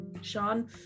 Sean